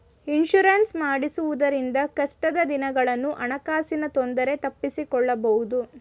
insurance ಮಾಡಿಸುವುದರಿಂದ ಕಷ್ಟದ ದಿನಗಳನ್ನು ಹಣಕಾಸಿನ ತೊಂದರೆ ತಪ್ಪಿಸಿಕೊಳ್ಳಬಹುದು